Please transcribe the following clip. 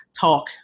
talk